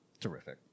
terrific